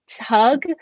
tug